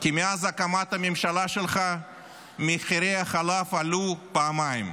כי מאז הקמת הממשלה שלך מחירי החלב עלו פעמיים,